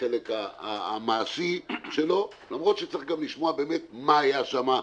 לחלק המעשי שלו, למרות שצריך גם לשמוע מה היה שם,